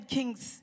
Kings